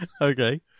Okay